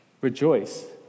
Rejoice